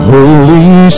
Holy